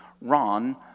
Ron